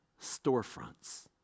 storefronts